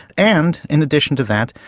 and, in addition to that,